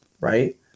right